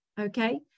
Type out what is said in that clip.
Okay